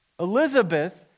Elizabeth